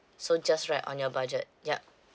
so just right on your budget yup